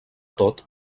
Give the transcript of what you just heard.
tot